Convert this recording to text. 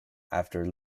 after